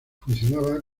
funcionaba